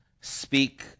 speak